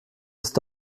ist